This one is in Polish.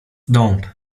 dąb